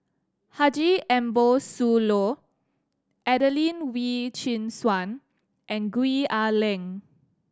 Haji Ambo Sooloh Adelene Wee Chin Suan and Gwee Ah Leng